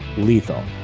lethal.